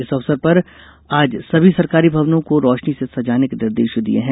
इस अवसर पर आज सभी सरकारी भवनों को रोशनी से सजाने के निर्देश दिये हैं